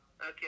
Okay